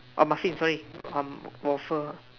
orh muffin sorry um waffle